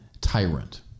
tyrant